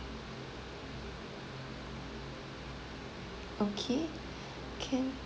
okay can